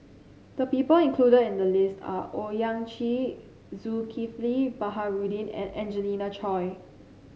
the people included in the list are Owyang Chi Zulkifli Baharudin and Angelina Choy